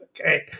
Okay